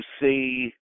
see